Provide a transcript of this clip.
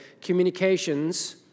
communications